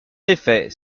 effet